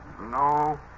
No